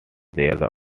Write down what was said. their